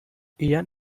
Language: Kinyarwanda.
ian